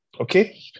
Okay